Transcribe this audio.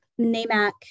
NAMAC